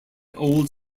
old